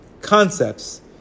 concepts